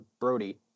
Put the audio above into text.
Brody